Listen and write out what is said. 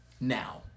Now